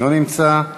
אינו נמצא,